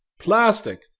plastic